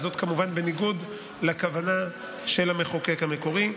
וזאת כמובן בניגוד לכוונה של המחוקק המקורי.